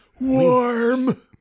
Warm